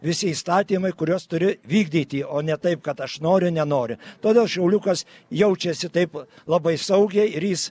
visi įstatymai kuriuos turi vykdyti o ne taip kad aš noriu nenoriu todėl šauliukas jaučiasi taip labai saugiai ir jis